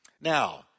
Now